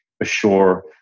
assure